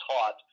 taught